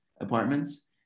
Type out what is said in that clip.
apartments